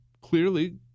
clearly